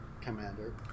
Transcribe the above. Commander